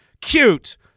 Cute